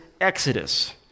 exodus